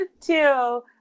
Two